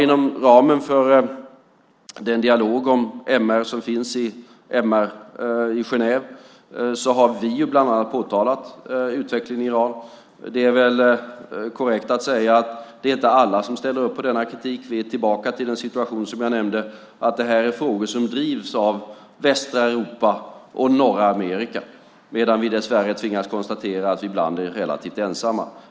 Inom ramen för den dialog om MR som finns i Genève har vi bland annat påtalat utvecklingen i Iran. Det är väl korrekt att säga att det inte är alla som ställer upp på denna kritik. Vi är tillbaka till den situation jag nämnde, nämligen att detta är frågor som drivs av västra Europa och norra Amerika. Vi tvingas dessvärre konstatera att vi ibland är relativt ensamma.